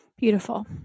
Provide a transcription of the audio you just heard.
Beautiful